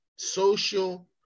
social